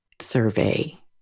survey